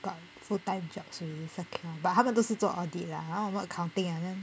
got full time jobs already secure but 他们都是做 audit lah I want to work accounting ah then